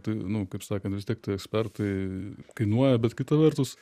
tai nu kaip sakant vis tiek tai ekspertai kainuoja bet kita vertus